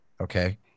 Okay